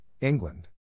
England